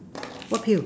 what pill